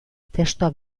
testua